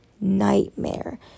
nightmare